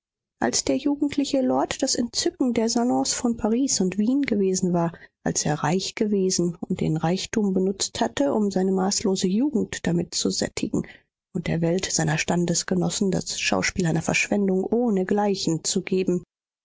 als der jugendliche lord das entzücken der salons von paris und wien gewesen war als er reich gewesen und den reichtum benutzt hatte um seine maßlose jugend damit zu sättigen und der welt seiner standesgenossen das schauspiel einer verschwendung ohnegleichen zu geben